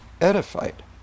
edified